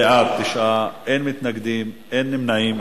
בעד, 9, אין מתנגדים, אין נמנעים.